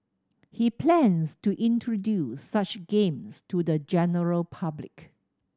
he plans to introduce such games to the general public